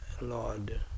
Lord